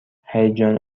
هیجان